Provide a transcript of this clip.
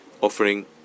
offering